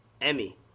Emmy